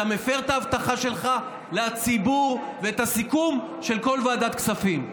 אתה מפר את ההבטחה שלך לציבור ואת הסיכום של כל ועדת כספים.